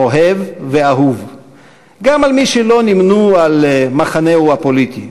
אוהב ואהוב גם על מי שלא נמנו עם מחנהו הפוליטי.